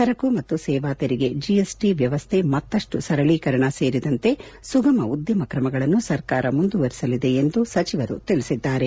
ಸರಕು ಮತ್ತು ಸೇವಾ ತೆರಿಗೆ ಜೆಎಸ್ಟಿ ವ್ಯವಸ್ಥೆ ಮತ್ತಷ್ಟು ಸರಳೀಕರಣ ಸೇರಿದಂತೆ ಸುಗಮ ಉದ್ಯಮ ತ್ರಮಗಳನ್ನು ಸರ್ಕಾರ ಮುಂದುವರಿಸಲಿದೆ ಎಂದು ಸಚಿವರು ತಿಳಿಸಿದ್ದಾರೆ